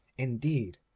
indeed,